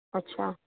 अच्छा